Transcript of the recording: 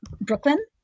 Brooklyn